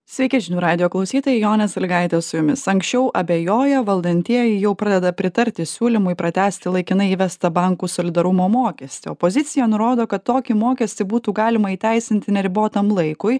sveiki žinių radijo klausytojai jonė sąlygaitė su jumis anksčiau abejoję valdantieji jau pradeda pritarti siūlymui pratęsti laikinai įvestą bankų solidarumo mokestį opozicija nurodo kad tokį mokestį būtų galima įteisinti neribotam laikui